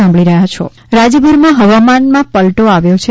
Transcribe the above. હવામાન રાજયભરમાં હવામાનમાં પલટો આવ્યો છે